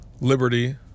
liberty